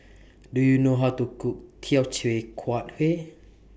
Do YOU know How to Cook Teochew Huat Kuih